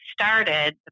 started